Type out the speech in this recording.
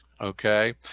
okay